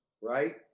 right